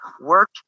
work